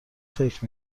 فکر